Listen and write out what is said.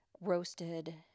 roasted